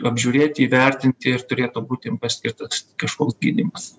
apžiūrėti įvertinti ir turėtų būt jiem paskirtas kažkoks gydymas